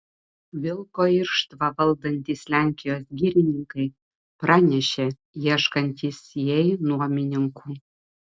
vilko irštvą valdantys lenkijos girininkai pranešė ieškantys jai nuomininkų